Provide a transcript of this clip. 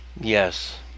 Yes